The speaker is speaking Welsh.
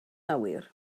awyr